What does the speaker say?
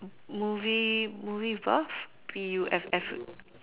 movie movie Puff P U F F